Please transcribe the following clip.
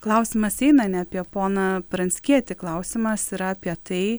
klausimas eina ne apie poną pranckietį klausimas yra apie tai